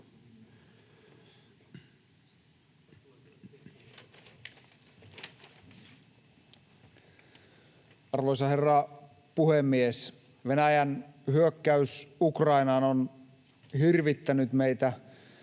Arvoisa herra puhemies! Venäjän hyökkäys Ukrainaan on hirvittänyt meitä